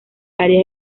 áreas